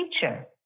teacher